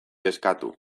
kezkatu